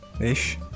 ish